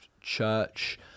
church